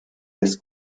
des